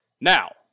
Now